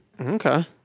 Okay